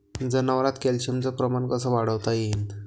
जनावरात कॅल्शियमचं प्रमान कस वाढवता येईन?